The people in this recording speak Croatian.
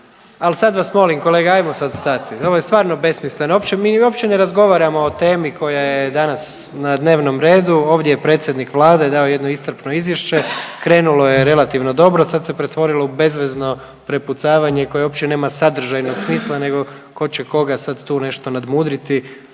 Al sad vas molim kolega ajmo sad stati, ovo je stvarno besmisleno, mi uopće ne razgovaramo o temi koja je danas na dnevnom redu. Ovdje je predsjednik Vlade dao jedno iscrpno izvješće. Krenulo je relativno dobro, sad se pretvorilo u bezvezno prepucavanje koje uopće nema sadržajnog smisla nego tko će koga sad tu nešto nadmudriti